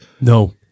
No